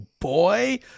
boy